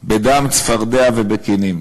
בדם, בצפרדע ובכינים.